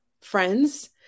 friends